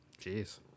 Jeez